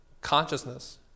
consciousness